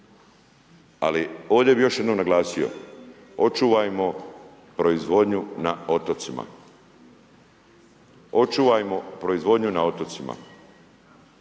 Ali ovdje bi još jednom naglasio. Očuvajmo proizvodnju na otocima, to je najbitnije.